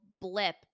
blip